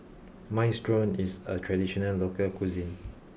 Minestrone is a traditional local cuisine